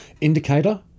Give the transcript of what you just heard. indicator